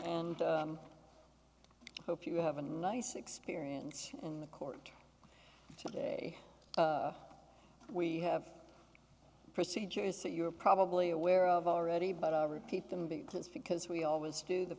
and i hope you have a nice experience in the court today we have procedures that you're probably aware of already but i repeat them because because we always do the